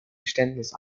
geständnis